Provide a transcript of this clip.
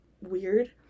weird